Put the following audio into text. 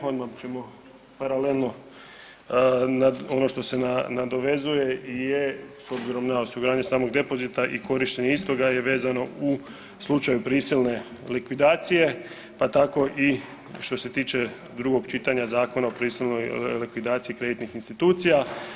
Odmah ćemo paralelno na ono što se nadovezuje je, s obzirom na osiguranje samog depozita i korištenje istoga je vezano u slučaju prisilne likvidacije, pa tako i što se tiče drugog čitanja Zakona o prisilnoj likvidaciji kreditnih institucija.